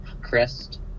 crest